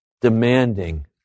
demanding